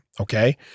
okay